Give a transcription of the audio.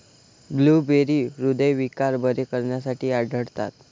blueberry हृदयविकार बरे करण्यासाठी आढळतात